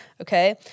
Okay